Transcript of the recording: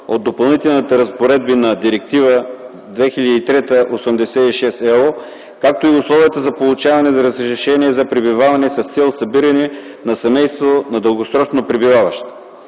от Допълнителните разпоредби на Директива 2003/86/ЕО, както и условията за получаване разрешение за пребиваване с цел събиране на семейство на дългосрочно пребиваващ.